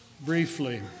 Briefly